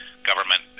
Government